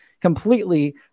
completely